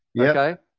Okay